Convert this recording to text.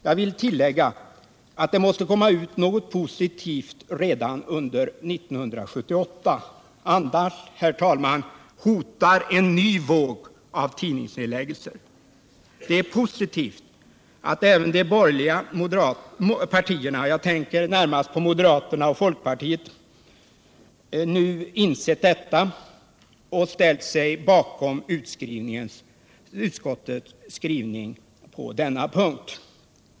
Jag vill tillägga att det måste komma ut något positivt av detta förslag redan under 1978. Annars, herr talman, hotar en ny våg av tidningsnedläggelser. Det är positivt att även de borgerliga partierna — jag tänker här närmast på moderaterna och folkpartiet, men centern står givetvis också bakom detta — nu insett det och ställt sig bakom utskottets skrivning på denna punkt.